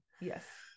yes